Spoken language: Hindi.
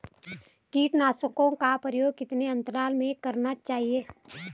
कीटनाशकों का प्रयोग कितने अंतराल में करना चाहिए?